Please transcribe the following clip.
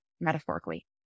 metaphorically